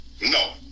No